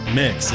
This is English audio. mix